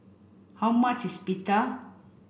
how much is Pita